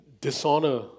dishonor